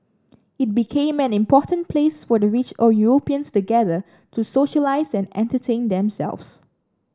it became an important place for the rich or Europeans to gather to socialise and entertain themselves